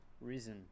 risen